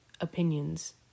opinions